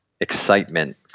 excitement